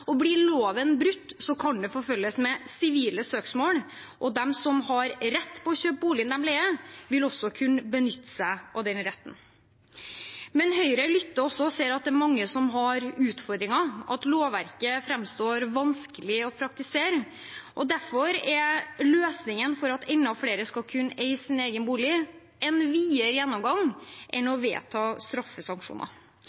loven brutt, kan det forfølges med sivile søksmål, og de som har rett på å kjøpe boligen de leier, vil også kunne benytte seg av den retten. Men Høyre lytter også og ser at det er mange som har utfordringer, at lovverket framstår vanskelig å praktisere, og derfor er løsningen for at enda flere skal kunne eie sin egen bolig, en videre gjennomgang enn